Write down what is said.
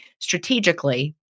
strategically